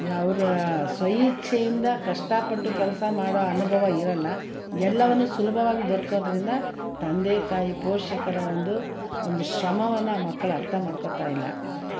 ಅವರ ಸ್ವ ಇಚ್ಛೆಯಿಂದ ಕಷ್ಟಪಟ್ಟು ಕೆಲಸ ಮಾಡೋ ಅನುಭವ ಇರೋಲ್ಲ ಎಲ್ಲವನ್ನೂ ಸುಲಭವಾಗಿ ದೊರಕೋದರಿಂದ ತಂದೆ ತಾಯಿ ಪೋಷಕರ ಒಂದು ಒಂದು ಶ್ರಮವನ್ನು ಮಕ್ಳು ಅರ್ಥ ಮಾಡ್ಕೊಳ್ತಾ ಇಲ್ಲ